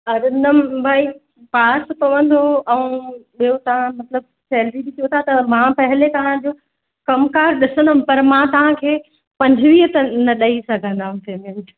हा त न भई पास पवंदो ऐं ॿियों तव्हां मतलबु सैलरी बि चयो त त मां पहले तव्हांजो कमुकारि ॾिसंदमि पर मां तव्हांखे पंजवीह त न ॾेई सघंदमि पेमेंट